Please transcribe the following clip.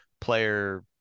player